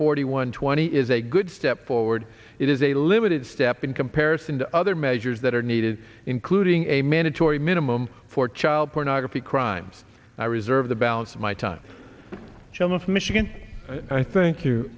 forty one twenty is a good step forward it is a limited step in comparison to other measures that are needed including a mandatory minimum for child pornography crimes i reserve the balance of my time shell of michigan and i think